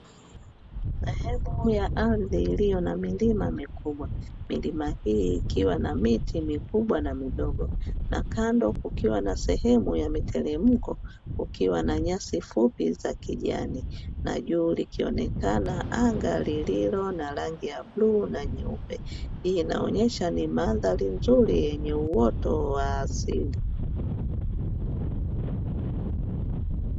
Sehemu ya ardhi iliyo na milima mikubwa, milima hii ikiwa na miti mikubwa na midogo na kando kukiwa na sehwmu ya miteremko, kukiwa na nyasi fupi za kijani na juu likipnekana anga lililo na rangi ya bluu na nyeupe, hii inaonyesha ni mandhari nzuri yenye uoto wa asili.